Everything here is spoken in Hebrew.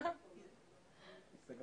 ואני אומרת